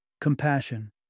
compassion